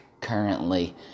currently